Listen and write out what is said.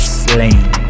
slain